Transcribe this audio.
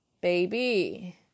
baby